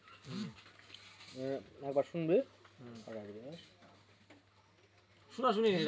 রাজ্য সরকারের কি কি শস্য বিমা রয়েছে?